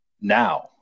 now